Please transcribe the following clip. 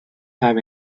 have